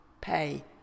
pay